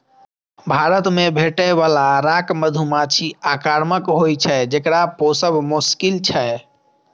भारत मे भेटै बला रॉक मधुमाछी आक्रामक होइ छै, जेकरा पोसब मोश्किल छै